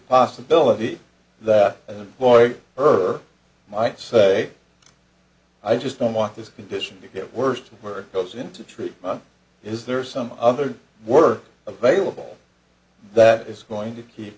possibility that boy her might say i just don't want this condition to get worse before it goes into treatment is there some other work available that is going to keep